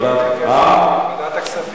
ועדת הכספים.